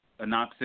anoxic